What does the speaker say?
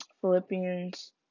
Philippians